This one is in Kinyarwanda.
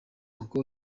uncle